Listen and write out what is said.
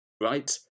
right